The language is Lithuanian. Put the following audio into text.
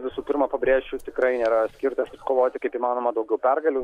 visų pirma pabrėšiu tikrai nėra skirtas iškovoti kaip įmanoma daugiau pergalių